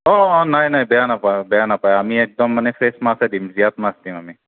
অঁ অঁ নাই নাই বেয়া নাপায় বেয়া নাপায় আমি একদম ফ্ৰেছ মাছেই দিম জীয়া মাছেই দিম আমি